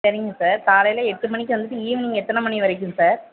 சரிங்க சார் காலையில் எட்டு மணிக்கு வந்துட்டு ஈவினிங் எத்தனை மணி வரைக்கும் சார்